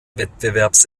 wettbewerbs